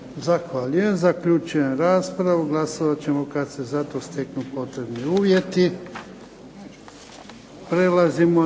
Zaključujem raspravu. Glasovat ćemo kada se za to steknu potrebni uvjeti.